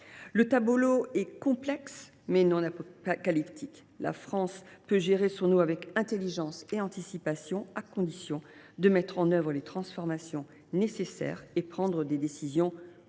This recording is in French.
Le tableau est complexe, mais non apocalyptique. La France peut gérer son eau avec intelligence et anticipation, à condition de mettre en œuvre les transformations nécessaires et de prendre des décisions courageuses.